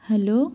hello